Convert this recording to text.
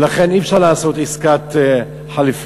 ולכן אי-אפשר לעשות עסקת חליפין.